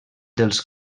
dels